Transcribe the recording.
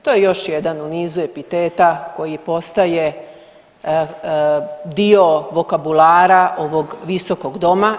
To je još jedan u nizu epiteta koji postaje dio vokabulara ovog visokog doma.